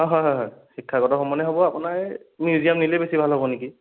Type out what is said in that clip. হয় হয় হয় হয় শিক্ষাগত ভ্ৰমণেই হ'ব আপোনাৰ মিউজিয়াম নিলেই বেছি ভাল হ'ব নেকি